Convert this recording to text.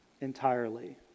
entirely